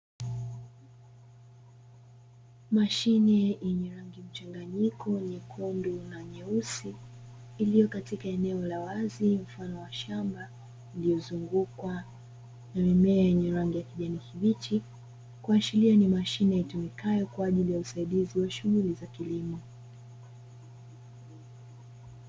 Mashine yenye rangi mchanganyiko nyekundu na nyeusi iliyo katika eneo la wazi mfano wa shamba, iliozungukwa na mimea yenye rangi ya kijani kibichi, kuashiria ni mashine itumikayo kwa ajili ya usaidizi wa shughuli za kilimo.